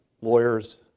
Lawyers